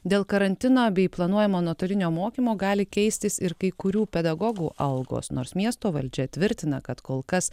dėl karantino bei planuojamo nuotolinio mokymo gali keistis ir kai kurių pedagogų algos nors miesto valdžia tvirtina kad kol kas